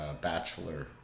bachelor